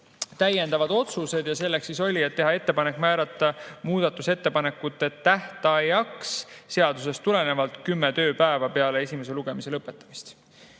täiendav otsus teha ettepanek määrata muudatusettepanekute tähtajaks seadusest tulenevalt kümme tööpäeva peale esimese lugemise lõpetamist.